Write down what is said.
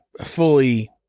fully